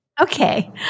Okay